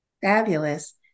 Fabulous